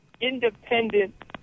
independent